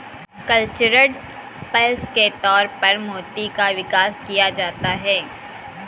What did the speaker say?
cultured pearls के तौर पर मोती का विकास किया जाता है